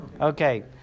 Okay